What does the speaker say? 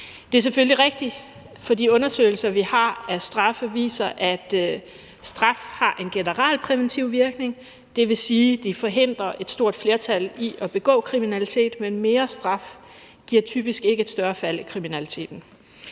Det er selvfølgelig rigtigt, fordi de undersøgelser, vi har af straffe, viser, at straf har en generalpræventiv virkning. Det vil sige, at de forhindrer et stort flertal i at begå kriminalitet, men mere straf giver typisk ikke et større fald i kriminaliteten.